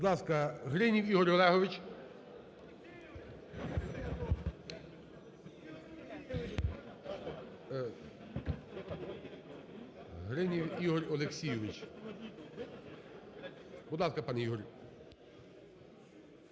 Будь ласка, Гринів Ігор Олегович. Гринів Ігор Олексійович. Будь ласка, пане Ігор.